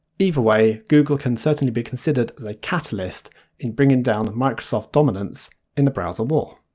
either way, google can certainly be considered as a catalyst in bringing down microsoft's dominance in the browser war.